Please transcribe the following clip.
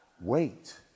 Wait